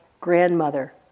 grandmother